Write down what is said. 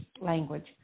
language